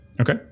Okay